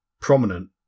prominent